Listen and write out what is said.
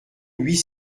huit